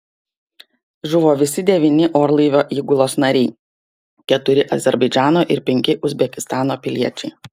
žuvo visi devyni orlaivio įgulos nariai keturi azerbaidžano ir penki uzbekistano piliečiai